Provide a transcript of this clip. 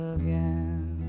again